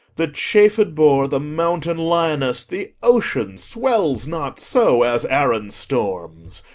the chafed boar, the mountain lioness, the ocean swells not so as aaron storms.